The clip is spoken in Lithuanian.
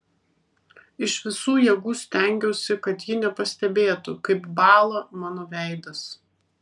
iš visų jėgų stengiausi kad ji nepastebėtų kaip bąla mano veidas